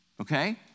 Okay